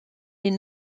est